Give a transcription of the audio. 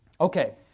Okay